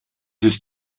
ist